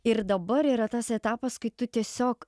ir dabar yra tas etapas kai tu tiesiog